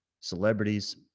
celebrities